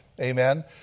Amen